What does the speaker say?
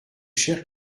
cher